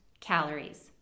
calories